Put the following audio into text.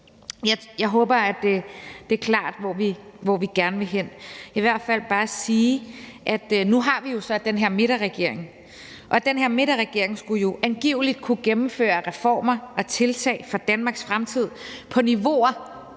Jeg håber, at det er klart, hvor vi gerne hen. Jeg vil i hvert fald bare sige, at nu har vi jo så den her midterregering, og den her midterregering skulle angiveligt kunne gennemføre reformer og tiltag for Danmarks fremtid på niveauer